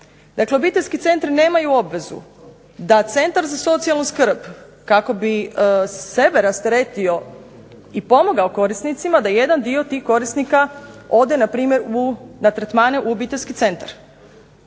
Dakle obiteljski centri nemaju obvezu da centar za socijalnu skrb kako bi sebe rasteretio i pomogao korisnicima, da jedan dio tih korisnika ode npr. na tretmane u obiteljski centar.